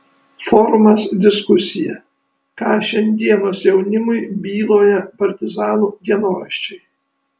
forumas diskusija ką šiandienos jaunimui byloja partizanų dienoraščiai